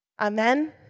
Amen